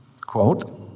Quote